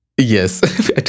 Yes